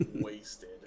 wasted